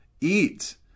eat